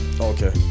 okay